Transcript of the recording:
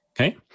Okay